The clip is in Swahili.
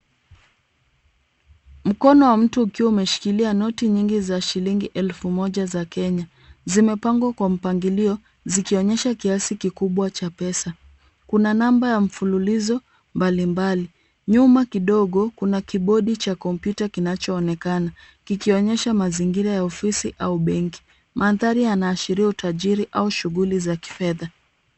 Mkono wa mtu ukiwa umeshikilia noti nyingi za elfu moja za Kenya. Zimepangwa kwa mpangilio zikionyesha kiasi kikubwa cha pesa. Kuna namba ya mfululizo mbalimbali. Nyuma kidogo kuna kibodi cha kompyuta kinachoonekana kikionyesha mazingira ya ofisi au benki. Madhari yanaashiria utajiri au shughuli za kifedha.